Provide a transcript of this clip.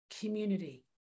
community